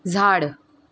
झाड